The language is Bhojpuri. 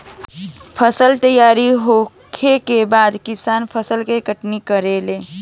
फसल तैयार होखला के बाद किसान फसल के कटनी करेलन